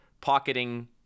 pocketing